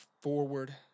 forward